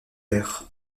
père